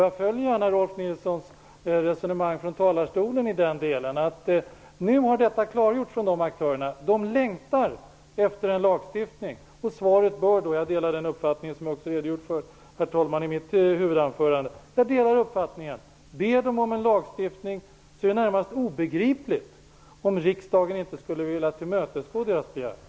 Jag instämmer gärna i Rolf L Nilsons resonemang i den delen, dvs. att aktörerna nu har klargjort detta, att de längtar efter en lagstiftning. Svaret till dem bör då bli: Be om en lagstiftning! Det vore närmast obegripligt om riksdagen inte skulle vilja tillmötesgå deras begäran.